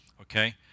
Okay